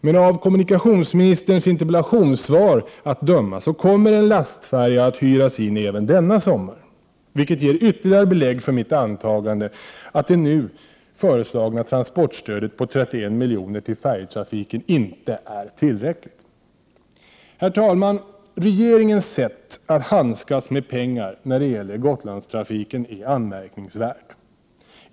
Men av kommunikationsministerns interpellationssvar att döma kommer en lastfärja att hyras in även denna sommar, vilket ger ytterligare belägg för mitt antagande att det nu föreslagna transportstödet på 31 miljoner till färjetrafiken inte är tillräckligt. Herr talman! Regeringens sätt att handskas med pengar när det gäller Gotlandstrafiken är anmärkningsvärt.